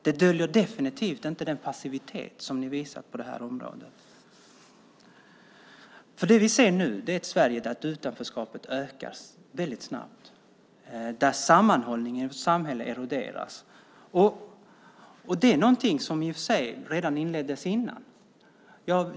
Det döljer definitivt inte den passivitet som ni har visat på det här området. Det vi ser nu är ett Sverige där utanförskapet ökar väldigt snabbt och där sammanhållningen i samhället eroderas. Det är någonting som i och för sig inleddes redan innan.